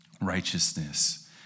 righteousness